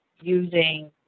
using